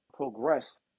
Progress